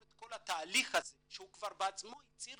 את כל התהליך הזה שהוא כבר בעצמו הצהיר